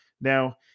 Now